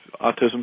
autism